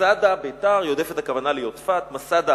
מסדה, ביתר, יודפֶת הכוונה ליודפָת, מסדה